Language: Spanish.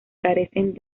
carecen